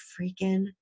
freaking